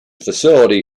facility